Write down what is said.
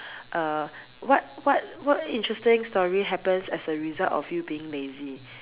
uh what what what interesting story happens as a result of you being lazy